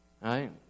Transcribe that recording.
right